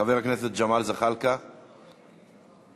חבר הכנסת ג'מאל זחאלקה, בבקשה.